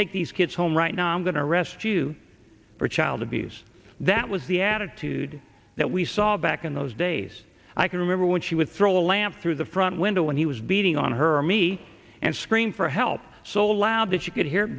take these kids home right now i'm going to arrest you for child abuse that was the attitude that we saw back in those days i can remember when she would throw a lamp through the front window she was beating on her or me and screamed for help so loud that you could hear